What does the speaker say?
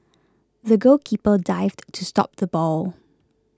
the goalkeeper dived to stop the ball